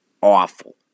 awful